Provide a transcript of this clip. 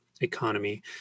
economy